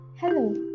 Hello